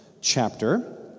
chapter